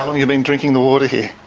you been drinking the water here?